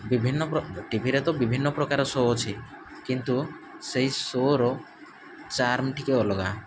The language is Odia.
ବିଭିନ୍ନ ଟିଭିରେ ତ ବିଭିନ୍ନପ୍ରକାର ଶୋ ଅଛି କିନ୍ତୁ ସେଇ ଶୋର ଚାର୍ମ ଟିକେ ଅଲଗା